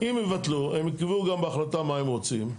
אם יבטלו הם יקבעו גם בהחלטה מה הם רוצים.